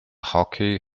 hockey